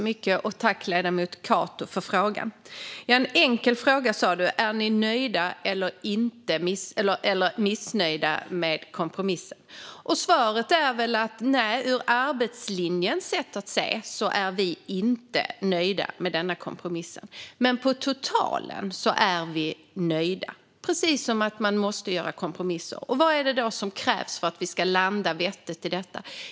Fru talman! Ledamoten sa att han ställde en enkel fråga: Är ni nöjda eller missnöjda med kompromissen? Svaret är att vi sett utifrån arbetslinjen inte är nöjda med denna kompromiss. Men på totalen är vi nöjda när vi måste göra kompromisser. Vad är det då som krävs för att vi ska landa vettigt i detta?